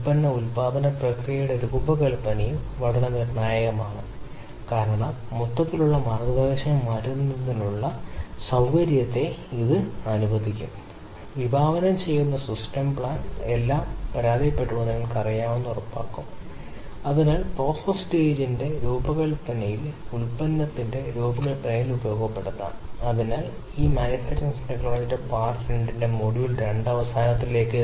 അതിനാൽ നമ്മൾ മൂല്യങ്ങൾ ഒരുമിച്ച് ശേഖരിക്കുകയാണെങ്കിൽ പറയട്ടെ അതായത് അതിനാൽ നിങ്ങൾ ഇവിടെ കണക്കാക്കാൻ ശ്രമിക്കുന്നത് നിങ്ങളുമായി ബന്ധപ്പെട്ടതാണ് രൂപപ്പെടുത്തിയതും മൂല്യങ്ങളിൽ യാഥാർത്ഥ്യബോധമുള്ളതുമായ ഈ സമവാക്യം മുഴുവൻ കൈകാര്യം ചെയ്തു വിതരണത്തെക്കുറിച്ച് നിങ്ങൾക്കറിയാവുന്ന അത്തരം സ്ഥിതിവിവരക്കണക്കുകളുടെ പാരാമീറ്ററുകളുടെ പ്രാധാന്യം കണക്കിലെടുത്ത് സ്റ്റാൻഡേർഡ് ഡീവിയേഷനിലെ mean like എന്നിവ പോലെ